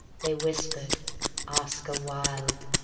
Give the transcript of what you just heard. they whispered oscar wilde.